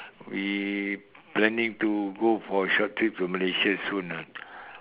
we planning to go for short trip to Malaysia soon ah